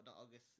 August